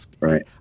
Right